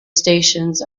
stations